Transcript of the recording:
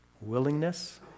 Willingness